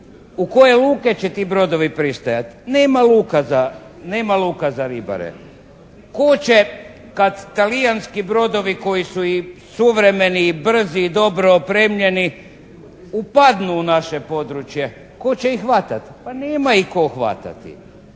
U koje luke će ti brodovi pristajati? Nema luka za ribare. Tko će kad talijanski brodovi koji su i suvremeni i brzi i dobro opremljeni upadnu u naše područje, tko će ih hvatati? Pa nema ih tko hvatati.